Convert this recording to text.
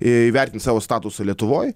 įvertint savo statusą lietuvoj